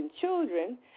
children